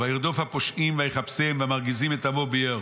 "וירדוף הפושעים ויחפשם והמרגיזים את עמו ביער.